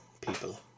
people